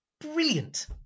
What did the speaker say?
brilliant